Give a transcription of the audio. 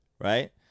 right